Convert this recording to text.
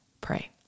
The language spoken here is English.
pray